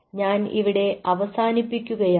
ഞാൻ ഇവിടെ അവസാനിപ്പിക്കുകയാണ്